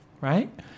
right